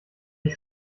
ich